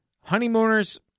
Honeymooners